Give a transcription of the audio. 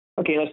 okay